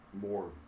more